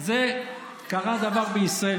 וקרה דבר בישראל.